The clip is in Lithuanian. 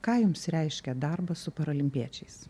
ką jums reiškia darbas su paralimpiečiais